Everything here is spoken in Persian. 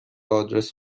آدرس